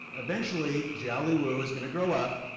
eventually, xiao ah liwu is gonna grow up,